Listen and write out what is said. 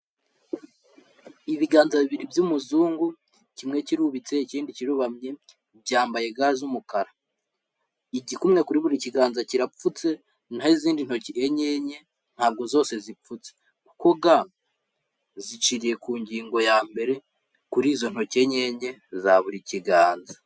Ibiganza bibiri by'umuzungu, kimwe kirubitse ikindi kirubamye, byambaye ga z'umukara, igikumwe kuri buri kiganza kirapfutse, na ho izindi ntoki enye enye ntabwo zose zipfutse kuko ga ziciriye ku ngingo ya mbere kuri izo ntoki enye enye za buri kiganza.